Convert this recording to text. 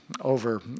over